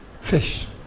fish